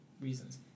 reasons